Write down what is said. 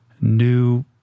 new